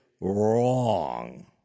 wrong